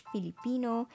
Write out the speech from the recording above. Filipino